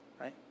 right